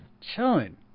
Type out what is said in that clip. Chilling